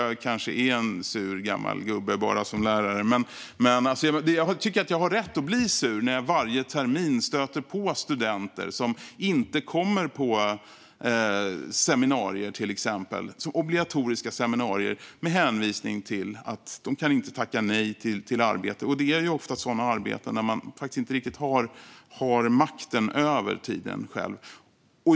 Jag kanske bara är en sur gammal gubbe som lärare, men jag tycker att jag har rätt att bli sur när jag varje termin stöter på studenter som inte kommer på obligatoriska seminarier med hänvisning till att de inte kan tacka nej till arbete. Det är ofta sådana arbeten där man faktiskt inte riktigt har makten över tiden själv.